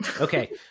Okay